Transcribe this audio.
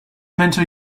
mentor